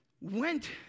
went